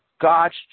God's